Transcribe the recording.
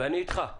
ואני איתך.